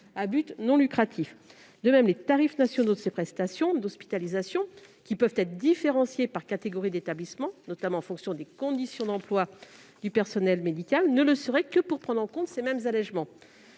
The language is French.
à but non lucratif. De même, les tarifs nationaux des prestations d'hospitalisation, qui peuvent être différenciés par catégorie d'établissements, notamment en fonction des conditions d'emploi du personnel médical, ne pourraient l'être que pour prendre en compte ces mêmes allégements.